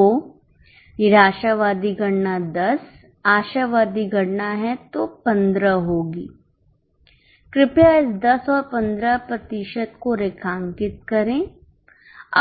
तो निराशावादी गणना 10 आशावादी गणना है 15 होगी कृपया इस 10 और 15 प्रतिशत को रेखांकित करें